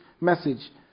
message